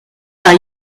par